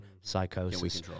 psychosis